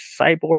Cyborg